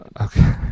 Okay